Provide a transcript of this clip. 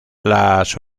las